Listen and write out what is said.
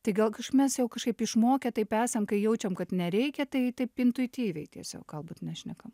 tai gal mes jau kažkaip išmokę taip esam kai jaučiam kad nereikia tai taip intuityviai tiesiog galbūt nešnekam